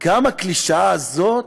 גם הקלישאה הזאת,